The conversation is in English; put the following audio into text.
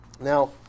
Now